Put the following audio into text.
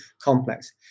complex